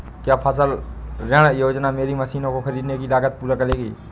क्या फसल ऋण योजना मेरी मशीनों को ख़रीदने की लागत को पूरा करेगी?